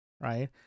right